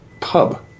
pub